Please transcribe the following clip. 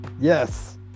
yes